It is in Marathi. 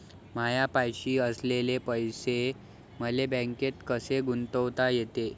मायापाशी असलेले पैसे मले बँकेत कसे गुंतोता येते?